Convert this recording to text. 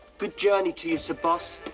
good journey to you, sir boss.